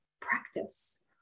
practice